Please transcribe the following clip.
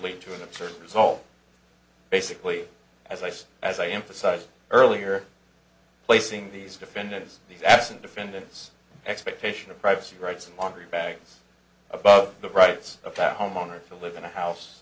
lead to an absurd result basically as i said as i emphasized earlier placing these defendants these absent defendants expectation of privacy rights and laundry bags about the rights of that homeowner to live in a house